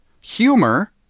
humor